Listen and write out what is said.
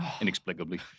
Inexplicably